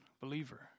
believer